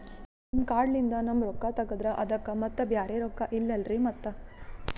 ನಿಮ್ ಕಾರ್ಡ್ ಲಿಂದ ನಮ್ ರೊಕ್ಕ ತಗದ್ರ ಅದಕ್ಕ ಮತ್ತ ಬ್ಯಾರೆ ರೊಕ್ಕ ಇಲ್ಲಲ್ರಿ ಮತ್ತ?